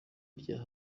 irya